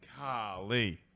Golly